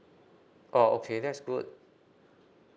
oh okay that's good